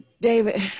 David